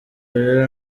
rero